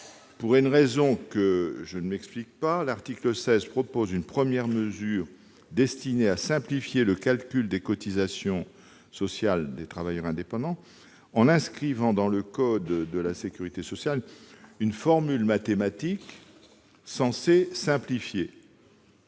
Pour une raison que je ne m'explique pas, l'article 16 prévoit une première mesure destinée à simplifier le calcul des cotisations sociales des travailleurs indépendants, en inscrivant dans le code de la sécurité sociale une formule mathématique censée le simplifier.